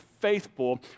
faithful